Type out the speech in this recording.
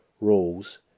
rules